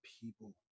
people